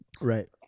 Right